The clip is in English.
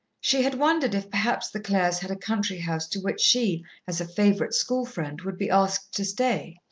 she had wondered if perhaps the clares had a country house to which she, as a favourite school friend, would be asked to stay.